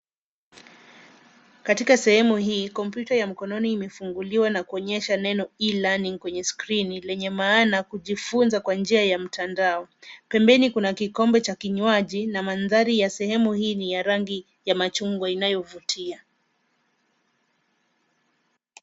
Katika sehemu hii kompyuta ya mkononi imefunguliwa na kuonyesha neno "E-learning " kwenye skrini lenye maana kujifunza kwa njia ya mtandao. Pembeni Kuna kikombe cha kinywani na mandhari ya sehemu hii ni ya rangi ya machungwa inayovutia.